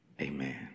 amen